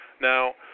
Now